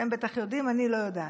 אתם בטח יודעים, אני לא יודעת.